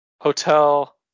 hotel